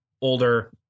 older